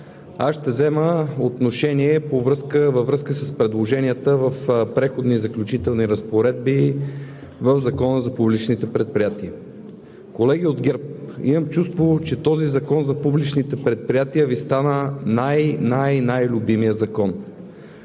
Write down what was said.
Аз ще взема отношение във връзка с предложенията в Преходните и заключителни разпоредби в Закона за публичните предприятия. Колеги от ГЕРБ, имам чувството, че този Закон за публичните предприятия Ви стана най-, най-, най-любимият закон.